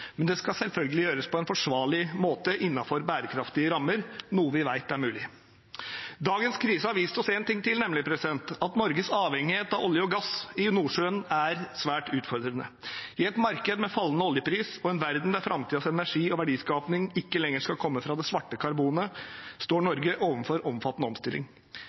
men det skal selvfølgelig gjøres på en forsvarlig måte innenfor bærekraftige rammer – noe vi vet er mulig. Dagens krise har vist oss en ting til, at Norges avhengighet av olje og gass i Nordsjøen er svært utfordrende. I et marked med fallende oljepris og en verden der framtidens energi og verdiskaping ikke lenger skal komme fra det svarte karbonet, står Norge overfor omfattende